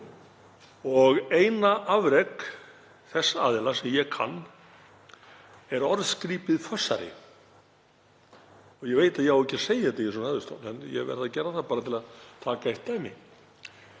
Eina afrek þess aðila sem ég kann er orðskrípið „fössari“, og ég veit að ég á ekki að segja þetta í þessum ræðustól en ég verð að gera það bara til að taka eitt dæmi.